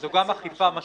אז זו גם אכיפה משמעותית,